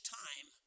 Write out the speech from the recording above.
time